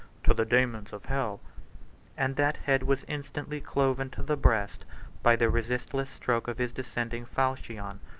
to the daemons of hell and that head was instantly cloven to the breast by the resistless stroke of his descending falchion.